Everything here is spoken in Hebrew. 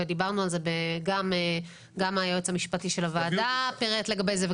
ודיברנו על זה גם היועץ המשפטי של הוועדה פירט לגבי זה.